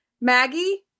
Maggie